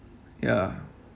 ya